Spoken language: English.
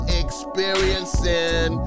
experiencing